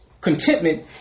Contentment